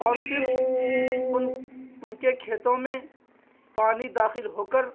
اور پھر ان ان کے کھیتوں میں پانی داخل ہو کر